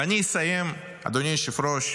ואני אסיים, אדוני היושב-ראש,